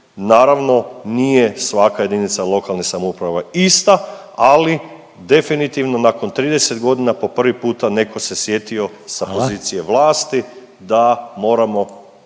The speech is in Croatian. Naravno nije svaka jedinica lokalne samouprave ista, ali definitivno nakon 30 godina po puta neko se sjetio sa pozicije …/Upadica